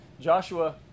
Joshua